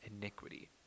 iniquity